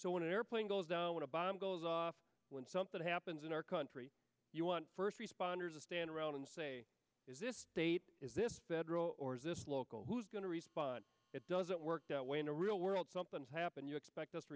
when an airplane goes down when a bomb goes off when something happens in our country you want first responders a stand around and say is this state is this better or is this local who's going to respond it doesn't work that way in the real world something's happened you expect us to